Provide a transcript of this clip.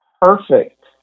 Perfect